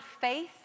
faith